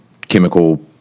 chemical